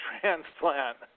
transplant